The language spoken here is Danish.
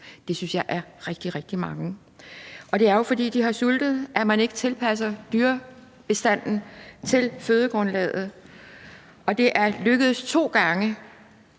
Det synes jeg er rigtig, rigtig mange. Og de har jo sultet, fordi man ikke tilpasser dyrebestanden til fødegrundlaget. Det er lykkedes to gange